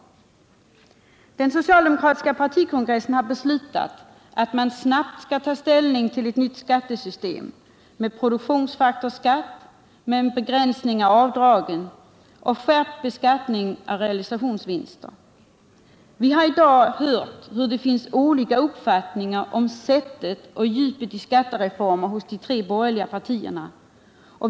Den socialdemokratiska partikongressen har beslutat att man snabbt skall ta ställning till ett nytt skattesystem med produktionsfaktorsskatt, med begränsning av avdragen och skärpt beskattning av realisationsvinster. Vi har i dag hört hur det finns olika uppfattningar om sättet för och djupet i skattereformer hos de tre borgerliga partierna.